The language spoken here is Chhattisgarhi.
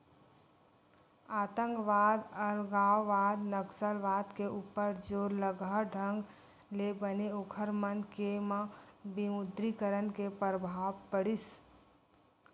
आंतकवाद, अलगावाद, नक्सलवाद के ऊपर जोरलगहा ढंग ले बने ओखर मन के म विमुद्रीकरन के परभाव पड़िस